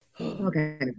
Okay